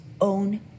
own